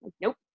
Nope